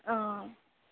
ఆ